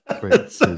Great